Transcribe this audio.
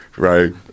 Right